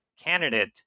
candidate